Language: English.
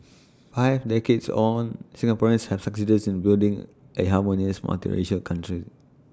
five decades on Singaporeans have succeeded in building A harmonious multiracial control